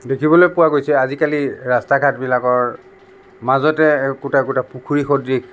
দেখিবলৈ পোৱা গৈছে আজিকালি ৰাস্তা ঘাটবিলাকৰ মাজতে একোটা একোটা পুখুৰী সদৃশ